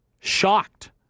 shocked